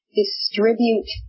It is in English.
distribute